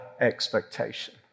expectation